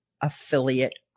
affiliate